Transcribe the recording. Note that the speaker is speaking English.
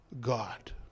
God